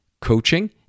coaching